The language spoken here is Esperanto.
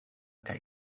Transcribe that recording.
kaj